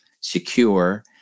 secure